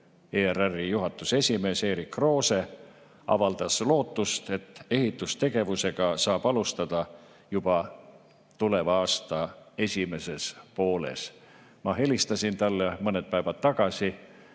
ERR‑i juhatuse esimees Erik Roose avaldas lootust, et ehitustegevust saab alustada juba tuleva aasta esimeses pooles. Ma helistasin talle mõned päevad tagasi